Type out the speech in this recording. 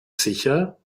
sicher